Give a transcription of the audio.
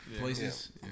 places